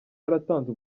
yaratanze